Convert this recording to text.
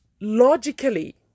logically